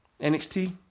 NXT